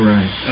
Right